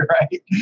Right